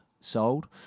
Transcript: sold